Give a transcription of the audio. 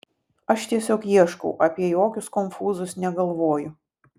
aš tiesiog ieškau apie jokius konfūzus negalvoju